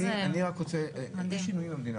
ואני רק רוצה קרו שינויים במדינה,